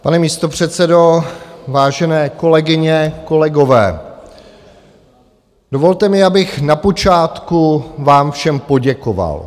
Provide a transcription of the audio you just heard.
Pane místopředsedo, vážené kolegyně, kolegové, dovolte mi, abych na počátku vám všem poděkoval.